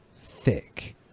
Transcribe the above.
Thick